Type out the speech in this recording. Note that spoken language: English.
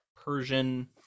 Persian